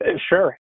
Sure